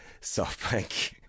SoftBank